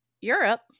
Europe